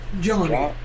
Johnny